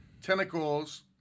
Tentacles